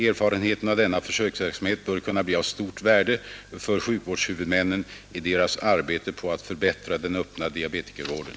Erfarenheterna av denna försöksverksamhet bör kunna bli av stort värde för sjukvårdshuvudmännen i deras arbete på att förbättra den öppna diabetikervården.